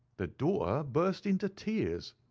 the daughter burst into tears.